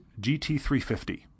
GT350